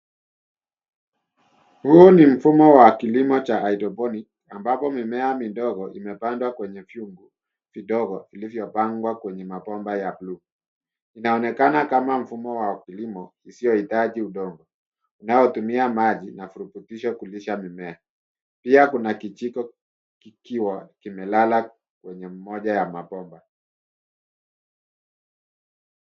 Huu ni mfumo wa kilimo cha hydroponic ambapo mimea midogo imepandwa kwenye vyungu vidogo ilivyopangwa kwenye mapamba ya bluu. Inaonekana kama mfumo wa kilimo isiyohitaji udongo unao tumia maji virutubisho kulisha mimea. Pia kuna kijiko kikiwa kimelala kwenye moja ya mabomba.